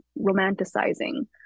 romanticizing